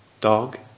dog